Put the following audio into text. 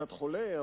קצת חולה,